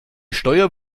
steuer